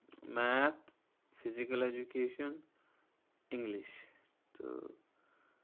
math physical education English تہٕ